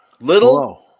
Little